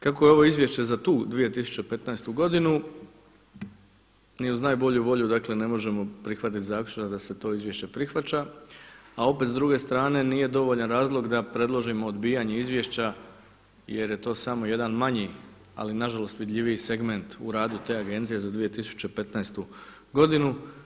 Kako je ovo izvješće za tu 2015. godinu ni uz najbolju volju dakle ne možemo prihvatiti zaključak da se to izvješće prihvaća, a opet s druge strane, nije dovoljan razlog da predložimo odbijanje izvješća jer je to samo jedan manji ali na žalost vidljiviji segment u radu te Agencije za 2015. godinu.